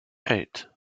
eight